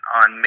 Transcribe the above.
on